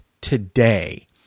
today